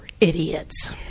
idiots